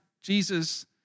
Jesus